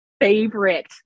favorite